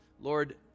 lord